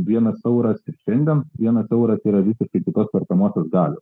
vienas euras ir šiandien vienas euras yra visiškai kitos perkamosios galios